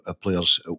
players